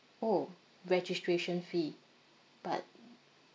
orh registration fee but